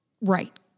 Right